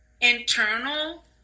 internal